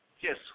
Yes